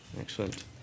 excellent